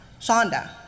Shonda